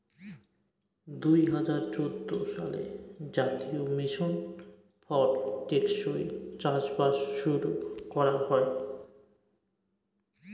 দুই হাজার চৌদ্দ সালে জাতীয় মিশন ফর টেকসই চাষবাস শুরু করা হয়